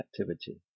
activity